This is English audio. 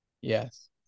Yes